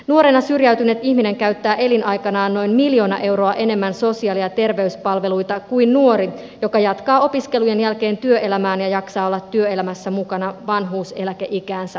nuorena syrjäytynyt ihminen käyttää elinaikanaan noin miljoona euroa enemmän sosiaali ja terveyspalveluita kuin nuori joka jatkaa opiskelujen jälkeen työelämään ja jaksaa olla työelämässä mukana vanhuuseläkeikäänsä asti